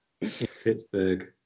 Pittsburgh